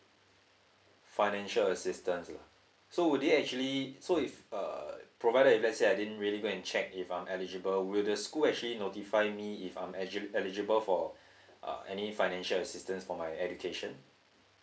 financial assistance lah so would they actually so if uh provided if let's say I didn't really go and check if I'm eligible will the school actually notify me if I'm eligi~ eligible for uh any financial assistance for my education